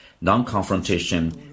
non-confrontation